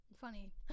funny